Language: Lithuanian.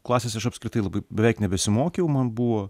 klasėse aš apskritai labai beveik nebesimokiau man buvo